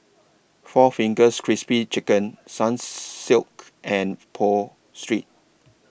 four Fingers Crispy Chicken Sun Silk and Pho Street